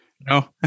no